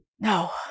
No